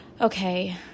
okay